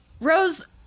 Rose